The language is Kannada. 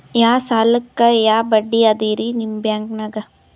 ಯಾ ಸಾಲಕ್ಕ ಯಾ ಬಡ್ಡಿ ಅದರಿ ನಿಮ್ಮ ಬ್ಯಾಂಕನಾಗ?